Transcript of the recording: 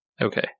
okay